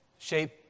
shape